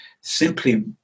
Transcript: Simply